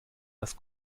das